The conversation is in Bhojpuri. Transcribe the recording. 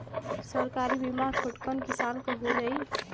सरकारी बीमा छोटकन किसान क हो जाई?